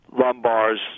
lumbar's